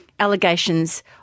Allegations